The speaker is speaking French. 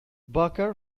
baker